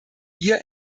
ihr